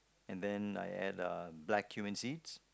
and then I add uh black cumin seeds